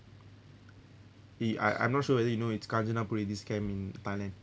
eh I I'm not sure whether you know camp in Thailand